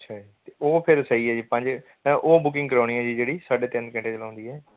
ਅੱਛਾ ਜੀ ਉਹ ਫੇਰ ਸਹੀ ਹੈ ਜੀ ਪੰਜ ਮੈਂ ਉਹ ਬੁਕਿੰਗ ਕਰਵਾਉਣੀ ਹੈ ਜੀ ਜਿਹੜੀ ਸਾਢੇ ਤਿੰਨ ਘੰਟੇ 'ਚ ਲਾਉਂਦੀ ਹੈ